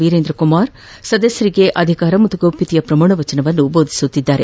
ವೀರಂದ್ರ ಕುಮಾರ್ ಸದಸ್ಯರಿಗೆ ಅಧಿಕಾರ ಮತ್ತು ಗೌಪ್ಯತೆಯ ಪ್ರಮಾಣ ವಚನ ಬೋಧಿಸುತ್ತಿದ್ದಾರೆ